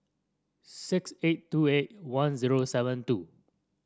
six eight two eight one zero seven two